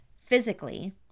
physically